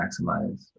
maximize